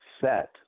set